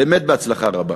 באמת בהצלחה רבה.